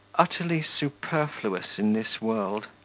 utterly superfluous in this world.